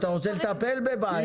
אתה רוצה לטפל בבעיה.